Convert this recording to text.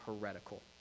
heretical